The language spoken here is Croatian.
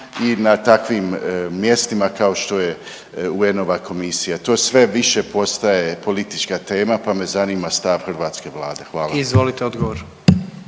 i na takvim mjestima kao što je UN-ova komisija. To sve više postaje politička tema, pa me zanima stav hrvatske Vlade. Hvala. **Jandroković,